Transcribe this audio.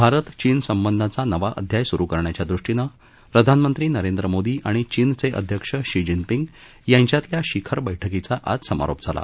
भारत चीन संबंधांचा नवा अध्याय सुरु करण्याच्या दृष्टीनं प्रधानमंत्री नरेंद्र मोदी आणि चीनचे अध्यक्ष शी जिनपिंग यांच्यातल्या शिखर बैठकीचा आज समारोप झाला